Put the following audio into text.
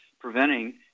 preventing